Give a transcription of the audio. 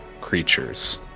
creatures